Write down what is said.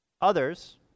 Others